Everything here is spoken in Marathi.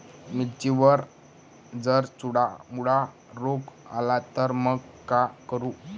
मिर्चीवर जर चुर्डा मुर्डा रोग आला त मंग का करू?